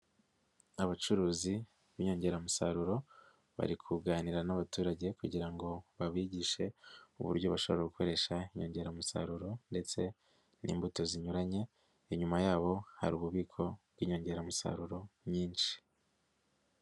Abacuruzi b'inyongeramusaruro bari kuganira n'abaturage kugira ngo babigishe uburyo bashobora gukoresha inyongeramusaruro ndetse n'imbuto zinyuranye, inyuma yabo hari ububiko bw'inyongera musaruro nyinshi.